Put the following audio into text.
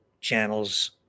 channels